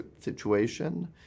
situation